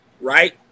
right